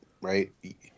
Right